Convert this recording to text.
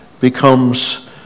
becomes